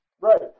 Right